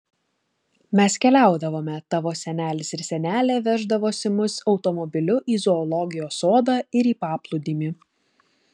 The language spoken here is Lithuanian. mes keliaudavome tavo senelis ir senelė veždavosi mus automobiliu į zoologijos sodą ir į paplūdimį